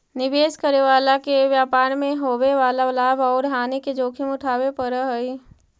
निवेश करे वाला के व्यापार मैं होवे वाला लाभ औउर हानि के जोखिम उठावे पड़ऽ हई